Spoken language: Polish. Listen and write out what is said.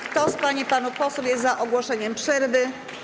Kto z pań i panów posłów jest za ogłoszeniem przerwy?